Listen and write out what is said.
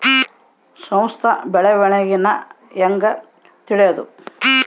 ಸಂಸ್ಥ ಬೆಳವಣಿಗೇನ ಹೆಂಗ್ ತಿಳ್ಯೇದು